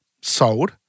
sold